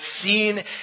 seen